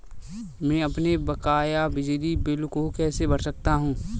मैं अपने बकाया बिजली बिल को कैसे भर सकता हूँ?